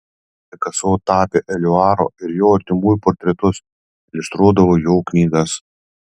pikaso tapė eliuaro ir jo artimųjų portretus iliustruodavo jo knygas